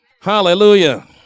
Hallelujah